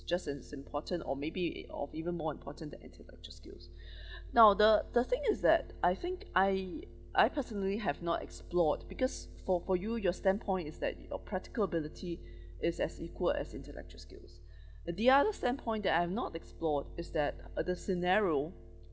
just as important or maybe of even more important than intellectual skills now the the thing is that I think I I personally have not explored because for for you your standpoint is that your practical ability is as equal as intellectual skills the other standpoint that I have not explored is that uh the scenario